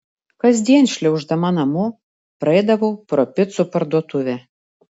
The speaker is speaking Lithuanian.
kasdien šliauždama namo praeidavau pro picų parduotuvę